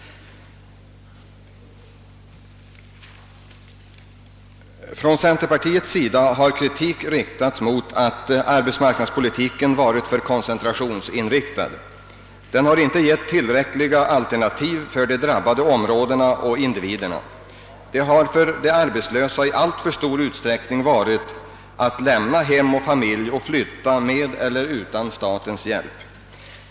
Från centerpartiets sida har kritik riktats mot att arbetsmarknadspolitiken varit för koncentrationsinriktad. Den har inte gett tillräckliga alternativ åt de drabbade områdena och de människor som bor där. Det har för de arbetslösa i alltför stor utsträckning varit att lämna hem och familj och att flytta — med eller utan statens hjälp.